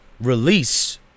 release